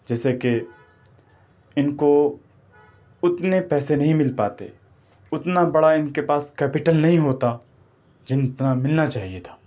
جیسے کہ ان کو اتنے پیسے نہیں مل پاتے اتنا بڑا ان کے پاس کیپٹل نہیں ہوتا جتنا ملنا چاہیے تھا